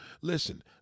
Listen